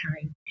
time